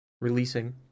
releasing